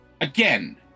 Again